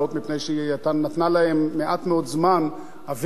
מפני שהיא נתנה להם מעט מאוד זמן אוויר,